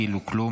כאילו כלום,